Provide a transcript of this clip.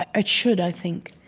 ah it should, i think,